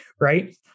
Right